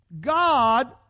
God